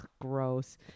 gross